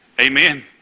Amen